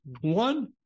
one